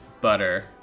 butter